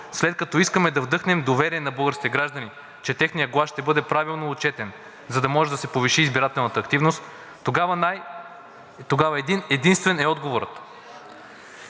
след като искаме да вдъхнем доверие на българските граждани, че техният глас ще бъде правилно отчетен, за да може да се повиши избирателната активност, тогава един-единствен е отговорът.